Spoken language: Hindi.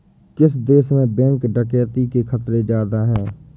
किस देश में बैंक डकैती के खतरे ज्यादा हैं?